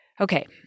Okay